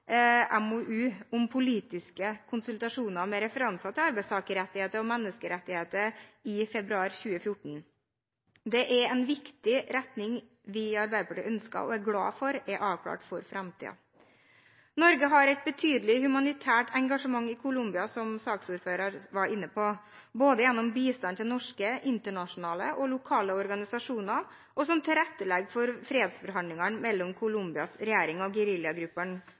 MoU om politiske konsultasjoner, med referanser til arbeidstakerrettigheter og menneskerettigheter, i februar 2014. Det er en viktig retning vi i Arbeiderpartiet ønsker og er glad for er avklart for framtiden. Norge har et betydelig humanitært engasjement i Colombia – som saksordføreren var inne på – både gjennom bistand til norske, internasjonale og lokale organisasjoner og som tilrettelegger for fredsforhandlingene mellom Colombias regjering og